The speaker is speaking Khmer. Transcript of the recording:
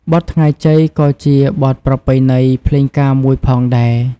បទថ្ងៃជ័យក៏ជាបទប្រពៃណីភ្លេងការមួយផងដែរ។